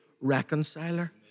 reconciler